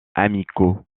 amicaux